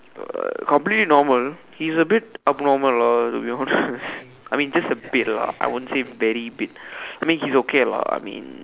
completely normal he's a bit abnormal lah to be honest I mean just a bit lah I won't say very bit I mean he's okay lah I mean